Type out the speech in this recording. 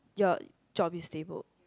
your job is stabled